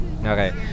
Okay